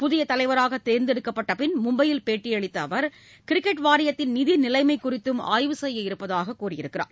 புதிய தலைவராக தேர்ந்தெடுக்கப்பட்ட பின் மும்பையில் பேட்டியளித்த அவர் கிரிக்கெட் வாரியத்தின் நிதி நிலைமை குறித்தும் ஆய்வு செய்யவிருப்பதாக கூறியுள்ளார்